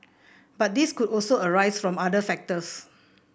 but these could also arise from other factors